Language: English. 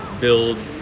build